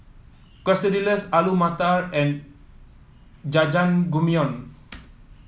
Quesadillas Alu Matar and Jajangmyeon